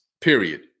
period